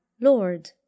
Lord